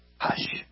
Hush